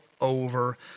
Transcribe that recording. over